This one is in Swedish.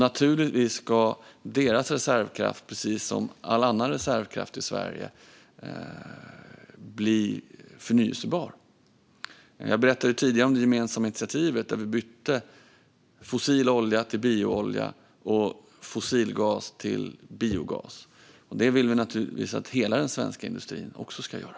Naturligtvis ska deras reservkraft bli förnybar, precis som all annan reservkraft i Sverige. Jag berättade tidigare om det gemensamma initiativet, där vi bytte fossil olja mot bioolja och fossilgas till biogas. Det vill vi naturligtvis att hela den svenska industrin ska göra.